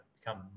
become